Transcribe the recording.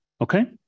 Okay